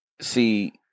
See